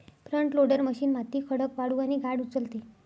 front loader machine माती, खडक, वाळू आणि गाळ उचलते